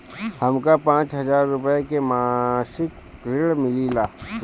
हमका पांच हज़ार रूपया के मासिक ऋण मिली का?